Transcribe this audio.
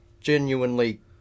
genuinely